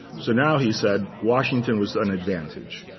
so now he said washington was an advantage.